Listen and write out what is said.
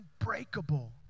unbreakable